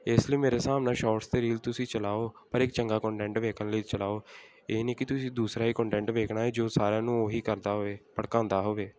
ਇਸ ਲਈ ਮੇਰੇ ਹਿਸਾਬ ਨਾਲ ਸ਼ੋਟਸ ਅਤੇ ਰੀਲਸ ਤੁਸੀਂ ਚਲਾਓ ਪਰ ਇੱਕ ਚੰਗਾ ਕੋਨਟੈਂਟ ਵੇਖਣ ਲਈ ਚਲਾਓ ਇਹ ਨਹੀਂ ਕਿ ਤੁਸੀਂ ਦੂਸਰਾ ਹੀ ਕੋਨਟੈਂਟ ਵੇਖਣਾ ਹੈ ਜੋ ਸਾਰਿਆਂ ਨੂੰ ਉਹੀ ਕਰਦਾ ਹੋਵੇ ਭੜਕਾਉਂਦਾ ਹੋਵੇ